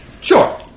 Sure